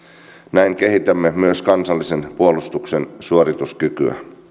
näin kehitämme myös kansallisen puolustuksen suorituskykyä tämäkään